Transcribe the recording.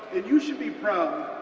and you should be proud.